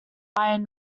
iron